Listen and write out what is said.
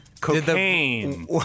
Cocaine